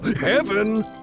heaven